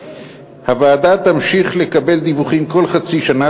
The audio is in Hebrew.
הוועדה תמשיך לקבל דיווחים כל חצי שנה